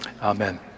Amen